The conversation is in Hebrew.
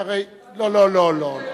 שהרי, לא לא לא.